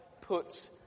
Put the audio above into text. put